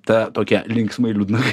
ta tokia linksmai liūdna